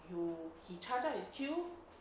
he charge up his kill